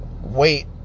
wait